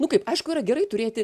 nu kaip aišku yra gerai turėti